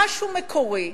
משהו מקורי,